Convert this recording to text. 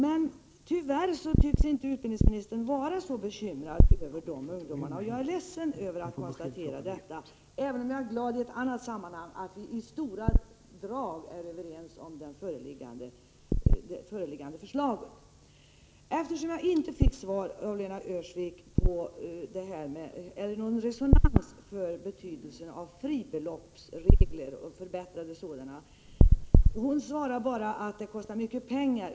Tyvärr tycks utbildningsministern inte vara så bekymrad över de ungdomarna. Jag är ledsen över att konstatera det, även om jag är glad över att vi i stora drag är överens om det föreliggande förslaget. Jag fick inte någon respons hos Lena Öhrsvik för betydelsen av förbättrade fribeloppsregler. Hon svarade bara att ett sådant system kostar mycket pengar.